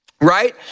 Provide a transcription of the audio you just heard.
right